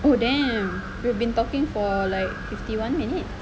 oh damn we have been talking for like fifty one minutes